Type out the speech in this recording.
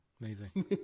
amazing